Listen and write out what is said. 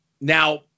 Now